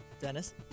Dennis